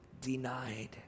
denied